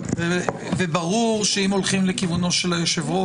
וברור שאם הולכים לכיוונו של היושב-ראש,